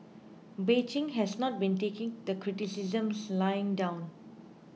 Beijing has not been taking the criticisms lying down